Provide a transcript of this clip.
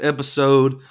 Episode